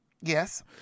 Yes